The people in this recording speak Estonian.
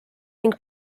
ning